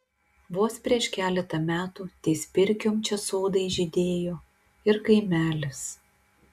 vos prieš keletą metų ties pirkiom čia sodai žydėjo ir kaimelis